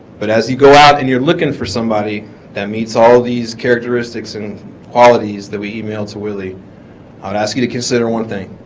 but as you go out and you're looking for somebody that meets all these characteristics and qualities that we email to willie i would ask you to consider one thing